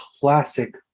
classic